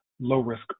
low-risk